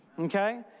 okay